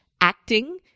acting